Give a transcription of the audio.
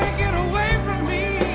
away from me